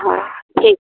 हां ठीक